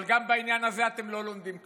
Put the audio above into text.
אבל גם בעניין הזה אתם לא לומדים כלום,